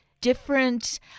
different